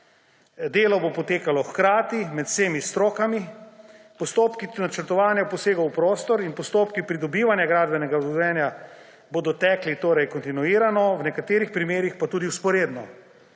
delo bo potekalo hkrati med vsemi strokami, postopki načrtovanja posegov v prostor in postopki pridobivanja gradbenega dovoljenja bodo tekli torej kontinuirano, v nekaterih primerih pa tudi vzporedno.